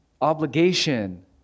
obligation